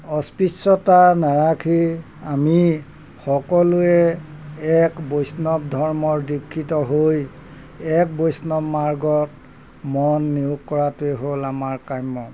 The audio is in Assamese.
অস্পৃশ্যতা নাৰাখি আমি সকলোৱে এক বৈষ্ণৱ ধৰ্মৰ দীক্ষিত হৈ এক বৈষ্ণৱ মাৰ্গত মন নিয়োগ কৰাটোৱেই হ'ল আমাৰ কাম্য